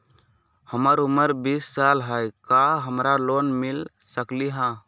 हमर उमर बीस साल हाय का हमरा लोन मिल सकली ह?